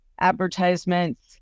advertisements